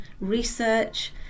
research